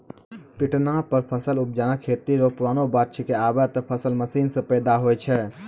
पिटना पर फसल उपजाना खेती कॅ पुरानो बात छैके, आबॅ त फसल मशीन सॅ पैदा होय छै